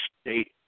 State